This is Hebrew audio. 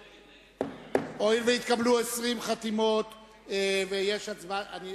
הואיל והתקבלו 20 חתימות יש הצבעה שמית.